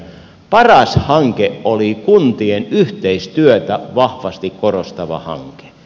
paras hanke oli kuntien yhteistyötä vahvasti korostava hanke